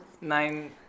nine